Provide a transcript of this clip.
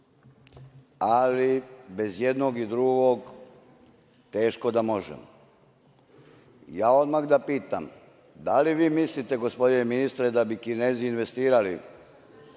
ali bez jednog i drugog teško da možemo. Odmah da pitam da li vi mislite, gospodine ministre, da bi Kinezi investirali